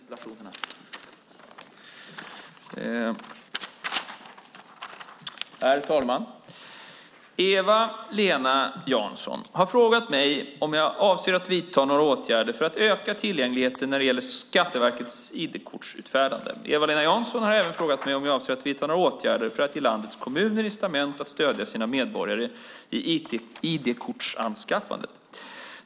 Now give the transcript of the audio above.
Herr talman! Eva-Lena Jansson har frågat mig om jag avser att vidta några åtgärder för att öka tillgängligheten när det gäller Skatteverkets ID-kortsutfärdande. Eva-Lena Jansson har även frågat mig om jag avser att vidta några åtgärder för att ge landets kommuner incitament att stödja sina medborgare i ID-kortsanskaffandet.